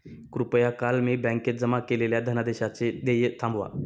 कृपया काल मी बँकेत जमा केलेल्या धनादेशाचे देय थांबवा